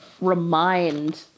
remind